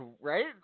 right